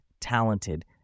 talented